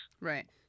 Right